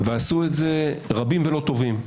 עשו את זה רבים ולא טובים.